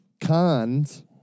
Cons